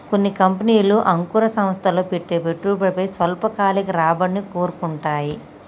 కొన్ని కంపెనీలు అంకుర సంస్థల్లో పెట్టే పెట్టుబడిపై స్వల్పకాలిక రాబడిని కోరుకుంటాయి